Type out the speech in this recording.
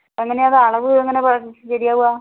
എങ്ങനെയാണ് അത് അളവ് എങ്ങനെയാണ് ശരിയാവുക